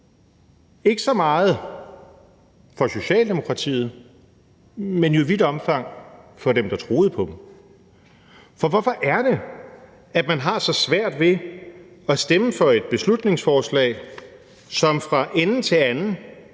ikke så meget for Socialdemokratiet, men jo i vidt omfang for dem, der troede på dem. For hvorfor er det, at man har så svært ved at stemme for et beslutningsforslag, som fra ende til anden